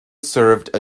served